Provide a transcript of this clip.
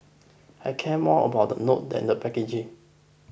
I care more about the note than the packaging